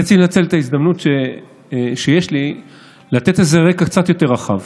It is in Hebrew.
אני רציתי לנצל את ההזדמנות שיש לי לתת איזה רקע קצת יותר רחב.